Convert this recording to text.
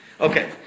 Okay